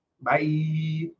Bye